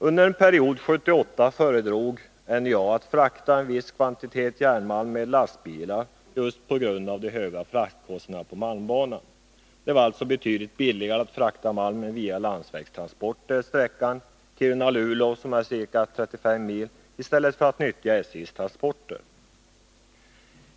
Under en period 1978 föredrog NJA att frakta en viss kvantitet järnmalm med lastbilar just på grund av de höga fraktkostnaderna på malmbanan. Det var alltså betydligt billigare att frakta malmen via landsvägstransporter sträckan Kiruna-Luleå, som är ca 35 mil, i stället för att utnyttja SJ:s transporter.